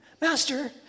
Master